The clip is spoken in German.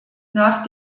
nach